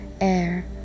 Air